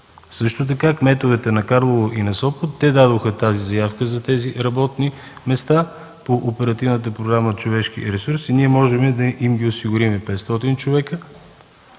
Също така кметовете на Карлово и на Сопот дадоха заявка за тези работни места по Оперативна програма „Човешки ресурси”. Ние можем да им осигурим 500 човека,